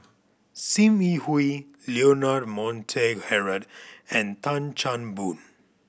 Sim Yi Hui Leonard Montague Harrod and Tan Chan Boon